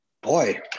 Boy